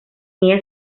ella